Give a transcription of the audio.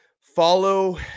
follow